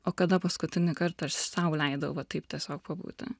o kada paskutinį kartą aš sau leidau va taip tiesiog pabūti